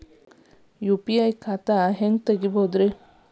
UPI ಖಾತಾ ಹೆಂಗ್ ತೆರೇಬೋದು?